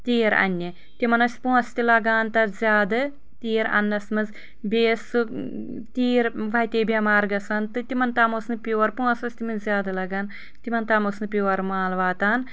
تیٖر اننہِ تمن ٲسۍ پونٛسہِ تہِ لگان تتھ زیادٕ تیٖر اننس منٛز بیٚیہِ ٲسکھ تیٖر وتی بٮ۪مار گژھان تہٕ تمن تام اوس نہٕ پیور پونٛسہٕ ٲسۍ تمن زیادٕ لگان تمن تام اوس نہٕ پیور مال واتان